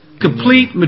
complete